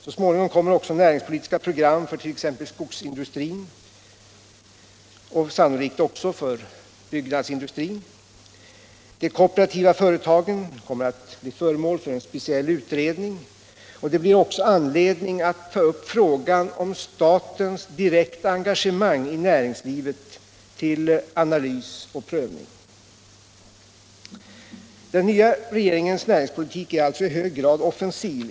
Så småningom kommer vidare näringspolitiska program för t.ex. skogsindustrin och sannolikt också för byggnadsindustrin. De kooperativa företagen kommer att bli föremål för en specialutredning, och det blir också anledning att ta upp frågan om statens direkta engagemang i näringslivet till analys och prövning. Den nya regeringens näringspolitik är alltså i hög grad offensiv.